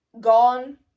gone